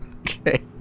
Okay